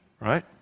right